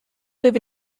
live